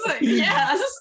yes